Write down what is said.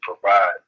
provide